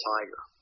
Tiger